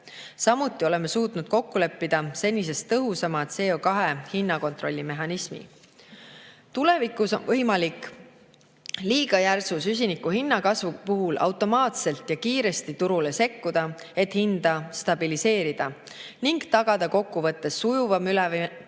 Samuti oleme suutnud kokku leppida senisest tõhusama CO2hinnakontrollimehhanismi. Tulevikus on võimalik liiga järsu süsinikuhinna kasvu puhul automaatselt ja kiiresti turule sekkuda, et hinda stabiliseerida, ning tagada kokkuvõttes sujuvam